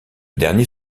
dernier